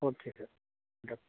okay तर